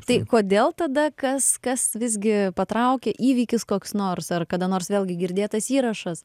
tai kodėl tada kas kas visgi patraukė įvykis koks nors ar kada nors vėlgi girdėtas įrašas